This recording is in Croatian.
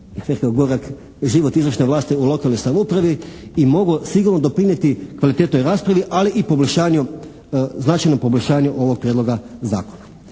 gorak život izvršne vlasti u lokalnoj samoupravi i mogu sigurno doprinijeti kvalitetnoj raspravi ali i poboljšanju, značajnom poboljšanju ovog Prijedloga zakona.